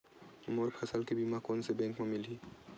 मोर फसल के बीमा कोन से बैंक म मिलही?